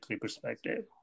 perspective